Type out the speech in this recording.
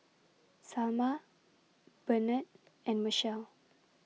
Salma Bernard and Machelle